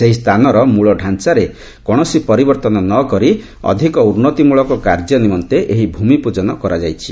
ସେହି ସ୍ଥାନର ମୂଳ ଢାଞ୍ଚାରେ କୌଣସି ପରିବର୍ତ୍ତନ ନ କରି ଅଧିକ ଉନ୍ନତି ମୂଳକ କାର୍ଯ୍ୟ ନିମନ୍ତେ ଏହି ଭୂମି ପୂଜନ କରାଯାଇଛି